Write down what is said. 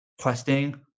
questing